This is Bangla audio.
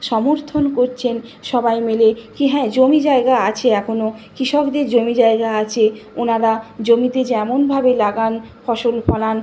সমর্থন করছেন সবাই মিলে কি হ্যাঁ জমি জায়গা আছে এখনও কৃষকদের জমি জায়গা আছে ওনারা জমিতে যেমনভাবে লাগান ফসল ফলান